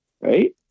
right